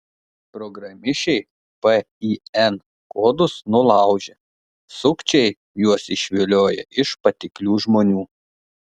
programišiai pin kodus nulaužia sukčiai juos išvilioja iš patiklių žmonių